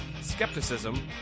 skepticism